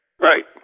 right